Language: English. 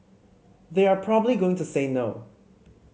they are probably going to say no